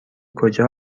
کجا